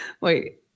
Wait